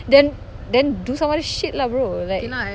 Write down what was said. then then do some other shit lah bro like